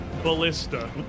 Ballista